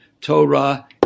Torah